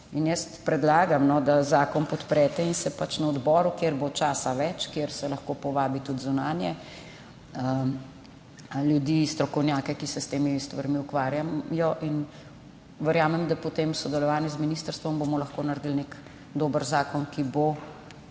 Predlagam, da zakon podprete in se na odboru, kjer bo časa več, kamor se lahko povabi tudi zunanje ljudi, strokovnjake, ki se s temi stvarmi ukvarjajo. Verjamem da bomo potem v sodelovanju z ministrstvom lahko naredili nek dober zakon, ki bo